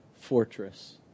fortress